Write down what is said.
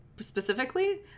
specifically